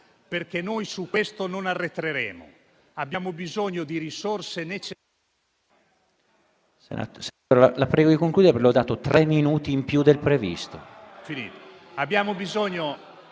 perché noi su questo non arretreremo. Abbiamo bisogno di risorse aggiuntive